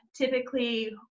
typically